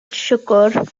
siwgr